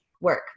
Work